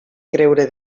creure